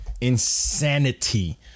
Insanity